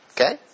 Okay